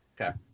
Okay